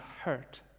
hurt